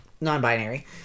non-binary